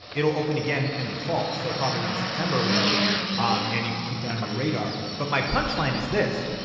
it will open again in the fall so probably around september or whatever and you could keep that on your radar. but my punchline is this,